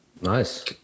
Nice